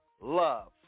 love